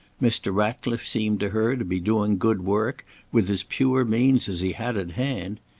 mr. ratcliffe seemed to her to be doing good work with as pure means as he had at hand.